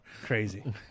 Crazy